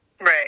Right